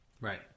right